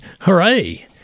Hooray